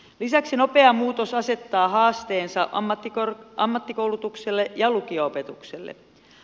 lisäksi nopea muutos asettaa haasteensa ammattikoulutukselle ja lukio opetukselle